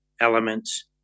elements